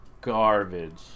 garbage